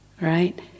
right